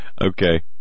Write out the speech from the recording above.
okay